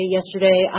Yesterday